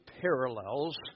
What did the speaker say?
parallels